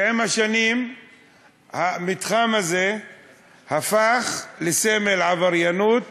שעם השנים המתחם הזה הפך לסמל לעבריינות